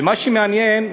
ומה שמעניין,